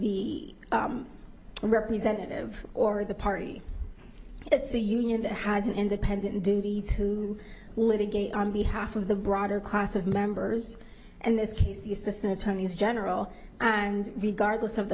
the representative or the party it's the union that has an independent duty to litigate on behalf of the broader class of members and this case the assistant attorneys general and regardless of